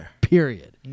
Period